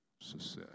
success